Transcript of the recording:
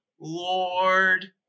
Lord